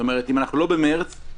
אם אנחנו לא במרץ,